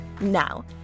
now